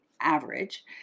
average